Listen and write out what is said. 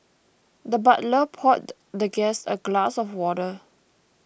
the butler poured the guest a glass of water